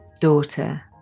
daughter